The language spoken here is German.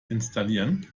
installieren